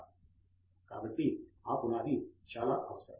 తంగిరాల కాబట్టి ఆ పునాది చాలా అవసరం